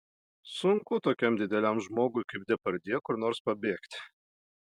sunku tokiam dideliam žmogui kaip depardjė kur nors pabėgti